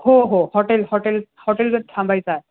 हो हो hotel hotel हॉटेलच थांबायचं आहे